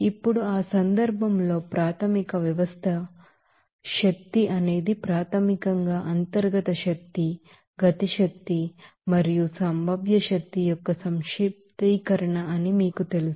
ఇప్పుడు ఆ సందర్భంలో ప్రాథమిక వ్యవస్థ ఎనర్జీ అనేది ప్రాథమికంగా ఇంటర్నల్ ఎనర్జీ కైనెటిక్ ఎనెర్జి మరియు పొటెన్షియల్ ఎనెర్జి యొక్క సమ్మషన్ అని మీకు తెలుసు